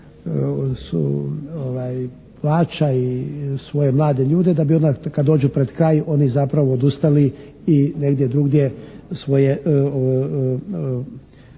plaća i svoje mlade ljude da bi onda kada dođu pred kraj oni zapravo odustali i negdje drugdje svoje